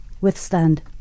withstand